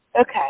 Okay